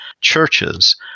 churches